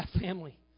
Family